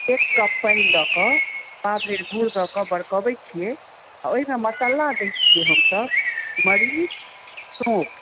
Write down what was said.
एक कप पानि दऽ कऽ पा भरि गुड़ दऽ कऽ बरकबै छियै आ ओहिमे मसल्ला दै छियै हमसब मरीच सौँफ